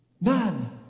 None